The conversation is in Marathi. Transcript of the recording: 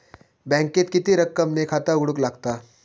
बँकेत किती रक्कम ने खाता उघडूक लागता?